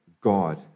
God